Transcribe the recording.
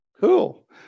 Cool